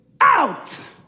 out